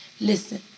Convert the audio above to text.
Listen